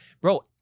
Bro